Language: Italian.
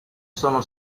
sono